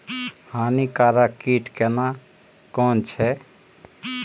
हानिकारक कीट केना कोन छै?